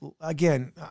again